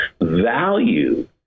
Value